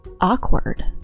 Awkward